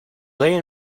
lay